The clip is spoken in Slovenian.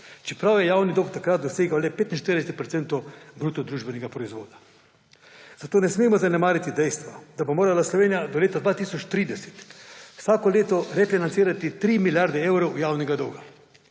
čeprav je javni dolg takrat dosegal le 45 % bruto družbenega proizvoda. Zato ne smemo zanemariti dejstva, da bo morala Slovenija do leta 2030 vsako leto refinancirati 3 milijarde evrov javnega dolga.